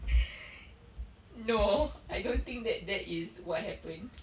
no I don't think that that is what happened